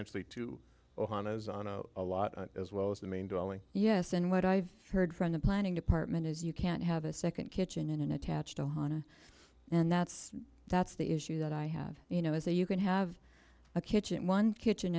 essentially to own a lot as well as the main dwelling yes and what i've heard from the planning department is you can't have a second kitchen in an attached ohana and that's that's the issue that i have you know is that you can have a kitchen one kitchen